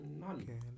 none